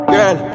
Girl